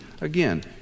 Again